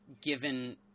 given